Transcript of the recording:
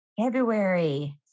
February